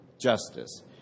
justice